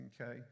okay